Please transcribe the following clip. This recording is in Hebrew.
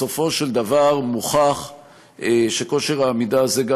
בסופו של דבר מוכח שכושר העמידה הזה גם